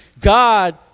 God